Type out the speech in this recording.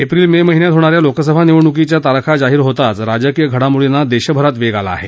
April ने महिन्यात होणा या लोकसभा निवडणुकांच्या तारखा जाहीर होताच राजकीय घडमोडींना वेग आला आहे